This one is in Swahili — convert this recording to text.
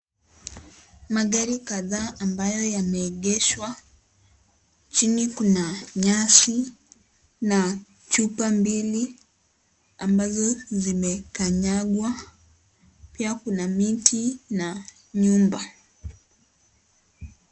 Magari kadhaa ambayo yameegeshwa chini kuna nyasi na chupa mbili ambazo zimekanyagwa pia kuna miti na nyumba.